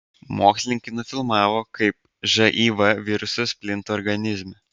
mokslininkai nufilmavo kaip živ virusas plinta organizme